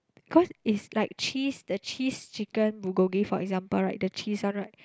cause it's like cheese the cheese chicken-bulgogi for example right the cheese one right